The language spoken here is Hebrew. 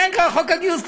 אין כבר חוק הגיוס.